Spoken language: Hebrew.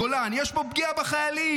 גולן: "יש פה פגיעה בחיילים".